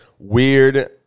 weird